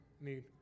need